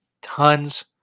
tons